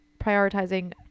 prioritizing